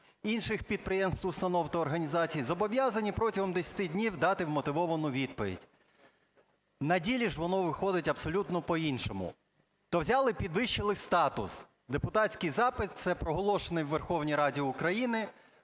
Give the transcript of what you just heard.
інших підприємств, установ та організацій зобов'язані протягом 10 днів дати вмотивовану відповідь. На ділі ж воно виходить абсолютно по-іншому. То взяли підвищили статус: депутатський запит – це проголошений у Верховній Раді України…